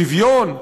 שוויון,